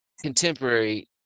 contemporary